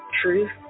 truth